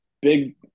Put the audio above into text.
big